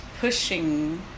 pushing